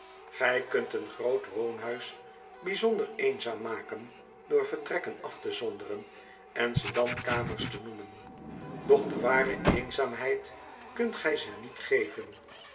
gij kunt een groot woonhuis bijzonder eenzaam maken door vertrekken af te zonderen en ze dan kamers te noemen doch de ware eenzaamheid kunt gij ze niet geven